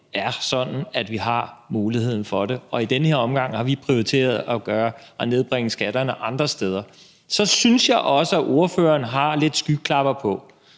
er sådan, at vi har muligheden for det, og i den her omgang har vi prioriteret at nedbringe skatterne andre steder. Så synes jeg også, at ordføreren lidt har skyklapper på.